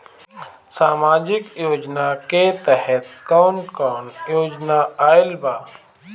सामाजिक योजना के तहत कवन कवन योजना आइल बा?